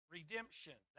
Redemption